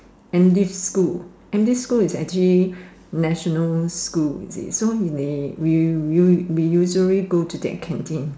Andes school Andes alcohol is actually national school you see so he may we we we we usually go to that canteen